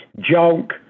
junk